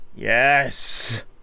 Yes